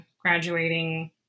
graduating